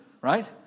right